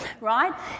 Right